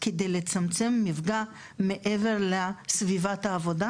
כדי לצמצם את המפגע מעבר לסביבת העבודה.